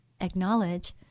acknowledge